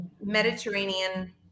Mediterranean